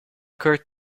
kurt